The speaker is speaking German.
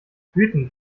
wütend